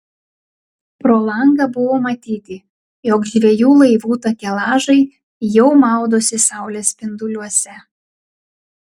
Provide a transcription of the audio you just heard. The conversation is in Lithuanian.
pro langą buvo matyti jog žvejų laivų takelažai jau maudosi saulės spinduliuose